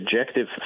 objective